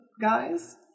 guys